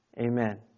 amen